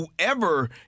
whoever